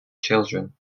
children